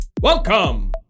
welcome